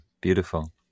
beautiful